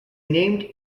named